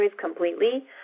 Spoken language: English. completely